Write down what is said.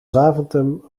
zaventem